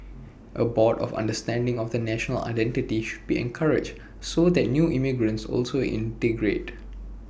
A broad understanding of the national identity should be encouraged so that new emigrants also integrate